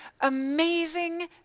amazing